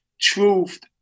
truth